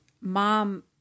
mom